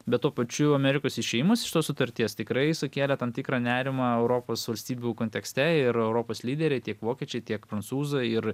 bet tuo pačiu amerikos išėmus iš tos sutarties tikrai sukėlė tam tikrą nerimą europos valstybių kontekste ir europos lyderiai tiek vokiečiai tiek prancūzai ir